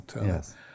yes